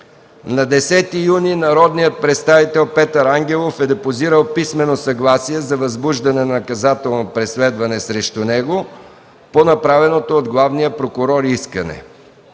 2013 г. народният представител Петър Ангелов е депозирал писмено съгласие за възбуждане на наказателно преследване срещу него по направеното от главния прокурор искане.